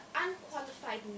unqualified